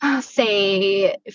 say